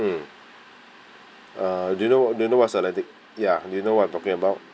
mm ah do you know do you know what's atlantic ya do you know what I'm talking about